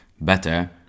better